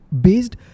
based